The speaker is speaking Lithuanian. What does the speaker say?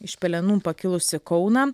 iš pelenų pakilusį kauną